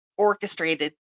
orchestrated